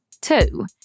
Two